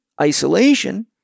isolation